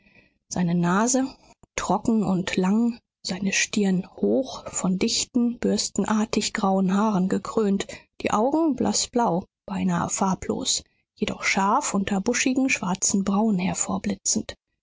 seine nase trocken und lang seine stirn hoch von dichten bürstenartigen grauen haaren gekrönt die augen blaßblau beinahe farblos jedoch scharf unter buschigen schwarzen brauen